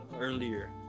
earlier